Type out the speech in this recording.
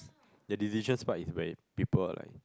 the decision's part is where people are like